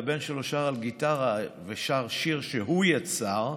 והבן שלו שר עם גיטרה שיר שהוא יצר,